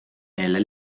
neile